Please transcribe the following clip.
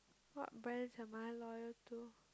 what brands am I loyal to